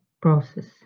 process